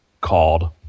called